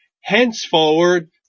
henceforward